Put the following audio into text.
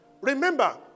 Remember